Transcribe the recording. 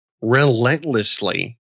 relentlessly